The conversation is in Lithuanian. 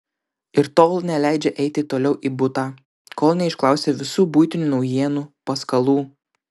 ir tol neleidžia eiti toliau į butą kol neišklausia visų buitinių naujienų paskalų